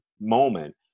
moment